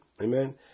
Amen